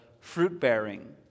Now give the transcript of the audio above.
fruit-bearing